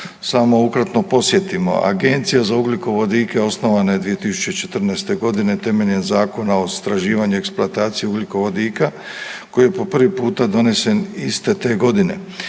samo ukratko podsjetimo. Agencija za ugljikovodike osnovana je 2014.g. temeljem Zakona o istraživanju i eksploataciji ugljikovodika koji je po prvi puta donesen iste te godine.